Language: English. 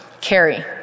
Carrie